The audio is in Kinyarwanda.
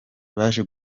baje